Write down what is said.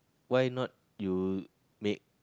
why not you make